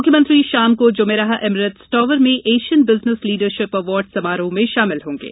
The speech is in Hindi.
मुख्यमंत्री शाम को जुमेराह एमीरेटस टॉवर में एशियन बिजनेस लीडरशिप अवार्ड समारोह में शामिल होंगे